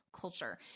culture